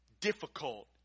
difficult